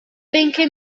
benchè